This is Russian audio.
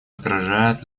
отражает